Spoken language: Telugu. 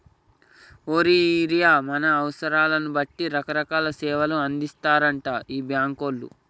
ఓరి ఈరిగా మన అవసరాలను బట్టి రకరకాల సేవలు అందిత్తారటరా ఈ బాంకోళ్లు